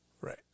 Right